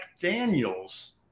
Daniels